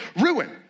ruin